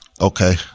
Okay